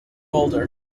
boulder